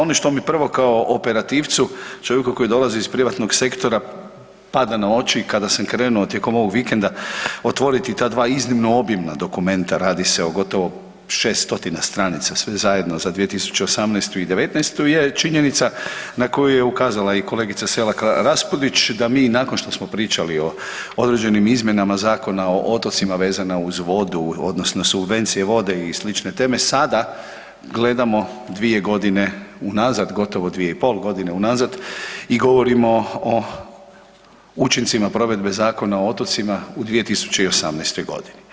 Ono što mi prvo kao operativcu čovjeku koji dolazi iz privatnog sektora pada na oči kada sam krenuo tijekom ovog vikenda otvoriti ta dva iznimno obimna dokumenta radi se o gotovo 600 stranica sve zajedno za 2018. i '19. je činjenica na koju je ukazala i kolegica Selak Raspudić da mi nakon što smo pričali o određenim izmjenama Zakona o otocima vezana uz vodu odnosno subvenciju vode i slične teme sada gledamo 2 godine unazad, gotovo 2,5 godine unazad i govorimo o učincima provedbe Zakona o otocima u 2018. godini.